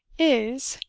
is,